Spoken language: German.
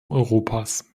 europas